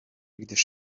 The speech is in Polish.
gdyż